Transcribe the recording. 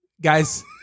guys